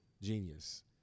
genius